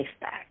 back